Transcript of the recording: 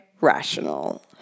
rational